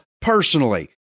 personally